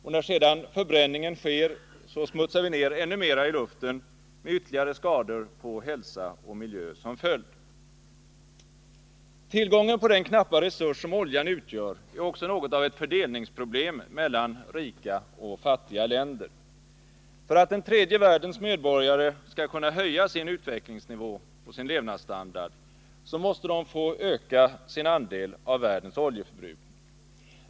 Och när sedan förbränningen sker, smutsar vi ned ännu mera i luften med ytterligare skador på hälsa och miljö som följd. Tillgången på den knappa resurs som oljan utgör är också något av ett fördelningsproblem mellan rika och fattiga länder. För att den tredje världens medborgare skall kunna höja sin utvecklingsnivå och sin levnadsstandard, måste de få öka sin andel av världens oljeförbrukning.